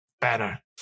Banner